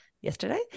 yesterday